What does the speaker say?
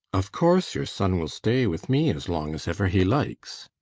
of course your son will stay with me as long as ever he likes.